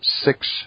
six